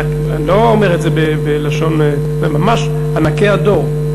אני לא אומר את זה בלשון, ממש ענקי הדור.